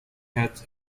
hatch